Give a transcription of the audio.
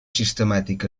sistemàtic